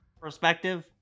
perspective